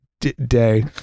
Day